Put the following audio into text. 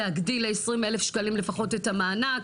להגדיל ל-20,000 שקלים לפחות את המענק.